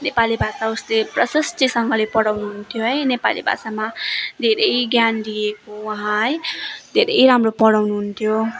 नेपाली भाषा उसले प्रशिष्टिसँगले पढाउनु हुन्थ्यो है नेपाली भाषामा धेरै ज्ञान लिएको उहाँ है धेरै राम्रो पढाउनु हुन्थ्यो